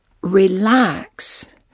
relax